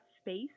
space